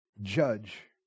judge